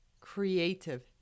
creative